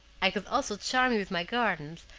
i could also charm you with my gardens,